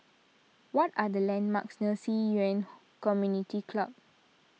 what are the landmarks near Ci Yuan Community Club